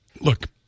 Look